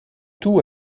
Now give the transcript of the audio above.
tout